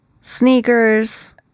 sneakers